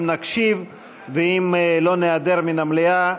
אם נקשיב ואם לא ניעדר מן המליאה,